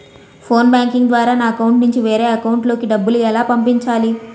Phone banking ద్వారా నా account నుంచి వేరే అకౌంట్ లోకి డబ్బులు ఎలా పంపించాలి?